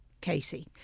Casey